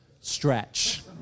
stretch